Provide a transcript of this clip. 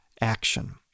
action